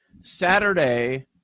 Saturday